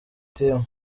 team